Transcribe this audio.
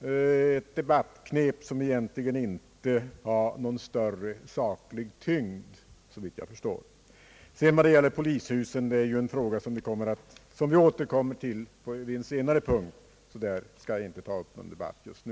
ett debattknep som egentligen inte har någon större saklig tyngd. Frågan om polishusen kommer vi ju att ta upp vid ett senare tillfälle, och därför skall jag inte ta upp den till debatt just nu.